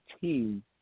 team